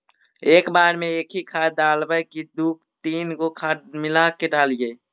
एक बार मे एकही खाद डालबय की दू तीन गो खाद मिला के डालीय?